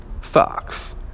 Fox